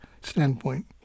standpoint